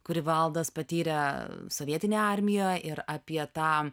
kurį valdas patyrė sovietinėj armijoj ir apie tą